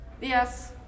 Yes